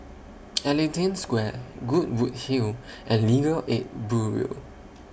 Ellington Square Goodwood Hill and Legal Aid Bureau